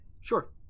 Sure